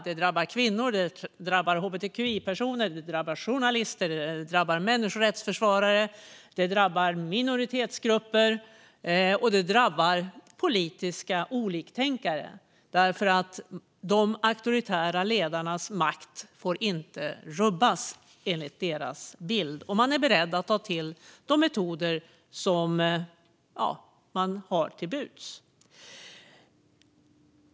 Det drabbar kvinnor, det drabbar hbtqi-personer, det drabbar journalister, det drabbar människorättsförsvarare, det drabbar minoritetsgrupper och det drabbar politiska oliktänkare. De auktoritära ledarnas makt får nämligen inte rubbas, enligt deras bild, och de är beredda att ta till de metoder som står dem till buds.